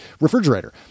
refrigerator